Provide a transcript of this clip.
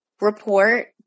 report